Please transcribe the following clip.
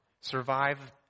survive